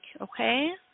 Okay